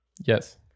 Yes